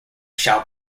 shall